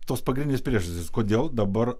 tos pagrindinės priežastys kodėl dabar